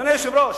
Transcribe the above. אדוני היושב-ראש,